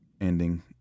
ending